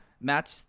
match